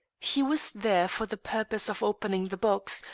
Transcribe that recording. he was there for the purpose of opening the box,